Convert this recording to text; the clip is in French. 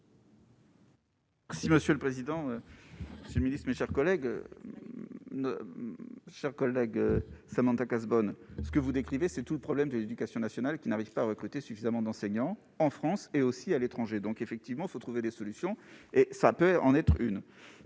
Si Monsieur le Président, ces milices, mes chers collègues, chers collègues, Samantha Cazebonne ce que vous décrivez, c'est tout le problème de l'éducation nationale qui n'arrivent pas à recruter suffisamment d'enseignants. En France, et aussi à l'étranger, donc effectivement se trouver des solutions et ça peut en être une,